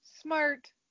smart